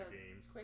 games